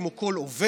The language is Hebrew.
כמו כל עובד,